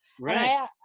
right